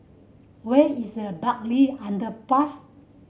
where is Bartley Underpass